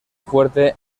fuerte